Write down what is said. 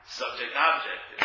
subject-object